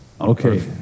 Okay